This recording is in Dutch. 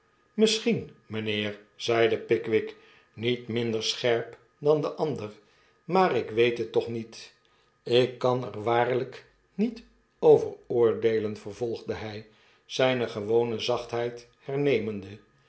misschien mynheer t zeide pickwick niet minder scherp dan de ander maar ik weet het toch niet ik kan er waarlyk niet over oordeelen vervolgde hy zijne gewone zachtheid hernemende